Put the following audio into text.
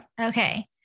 Okay